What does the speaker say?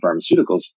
pharmaceuticals